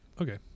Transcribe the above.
Okay